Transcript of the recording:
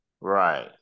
Right